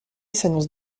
s’annonce